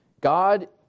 God